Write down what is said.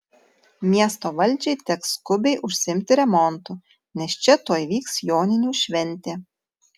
miesto valdžiai teks skubiai užsiimti remontu nes čia tuoj vyks joninių šventė